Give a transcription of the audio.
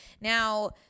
Now